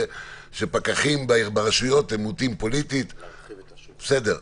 שפקחים ברשויות הם מוטים פוליטית בסדר,